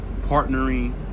partnering